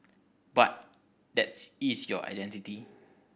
but that's is your identity